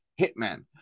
hitman